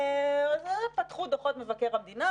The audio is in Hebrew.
הם פתחו דוחות מבקר המדינה,